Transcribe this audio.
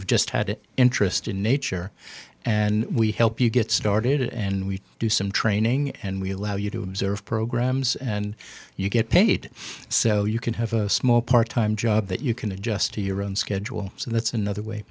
've just had an interest in nature and we help you get started and we do some training and we allow you to observe programs and you get paid so you can have a small part time job that you can adjust to your own schedule so that's another way